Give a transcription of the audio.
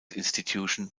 institution